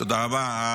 תודה רבה.